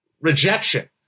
rejection